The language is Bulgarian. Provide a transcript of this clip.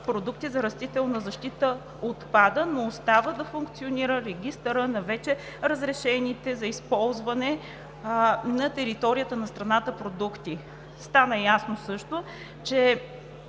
продукти за растителна защита отпада, но остава да функционира регистърът на вече разрешените за използване на територията на страната продукти. Стана ясно също, че